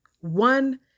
One